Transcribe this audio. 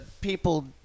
people